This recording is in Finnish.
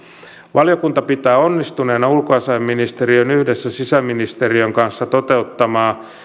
valiokunta pitää onnistuneena ulkoasiainministeriön yhdessä sisäministeriön kanssa toteuttamaa